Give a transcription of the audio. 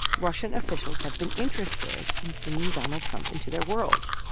russian officials have been interested in bringing donald trump into their world,